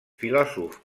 filòsof